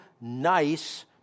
nice